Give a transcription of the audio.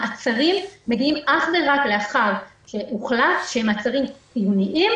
מעצרים מגיעים אך ורק לאחר שהוחלט שהם חיוניים